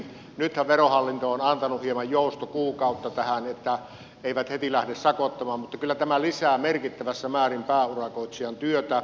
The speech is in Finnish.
nythän verohallinto on antanut hieman joustokuukautta tähän että eivät heti lähde sakottamaan mutta kyllä tämä lisää merkittävässä määrin pääurakoitsijan työtä